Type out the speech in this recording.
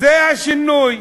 זה השינוי.